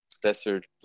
desert